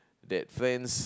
that friends